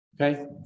Okay